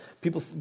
people